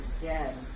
again